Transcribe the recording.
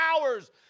hours